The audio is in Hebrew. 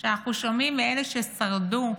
שאנחנו שומעים מאלה ששרדו,